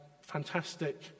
fantastic